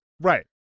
Right